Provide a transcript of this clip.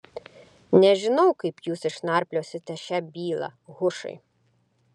nežinau kaip jūs išnarpliosite šią bylą hušai